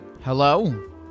Hello